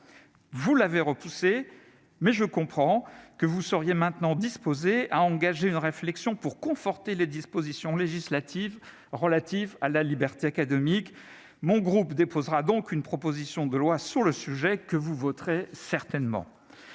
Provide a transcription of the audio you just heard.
vous l'avez repoussée, mais je comprends que vous seriez maintenant disposé à engager une réflexion pour conforter les dispositions législatives relatives à la liberté académique mon groupe déposera donc une proposition de loi sur le sujet que vous voterez certainement